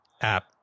app